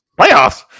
Playoffs